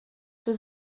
für